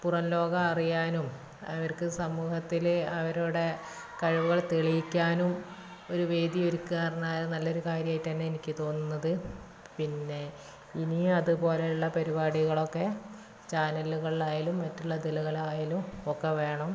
പുറംലോകം അറിയാനും അവർക്ക് സമൂഹത്തിൽ അവരുടെ കഴിവുകൾ തെളിയിക്കാനും ഒരു വേദി ഒരുക്കുക എന്നുപറഞ്ഞാൽ നല്ലൊരു കാര്യമായിട്ടാണ് എനിക്ക് തോന്നുന്നത് പിന്നെ ഇനിയും അതുപോലുള്ള പരിപാടികളൊക്കെ ചാനലുകളിലായാലും മറ്റുള്ളതിലുകളിൽ ആയാലും ഒക്കെ വേണം